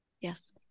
Yes